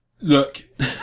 Look